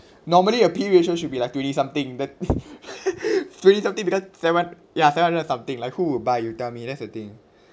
normally a P_E ratio should be like twenty something that twenty something because seven ya seven hundred something like who will buy you tell me that's the thing